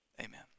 amen